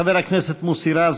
חבר הכנסת מוסי רז,